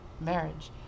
marriage